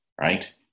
right